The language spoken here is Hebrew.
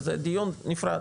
זה דיון נפרד.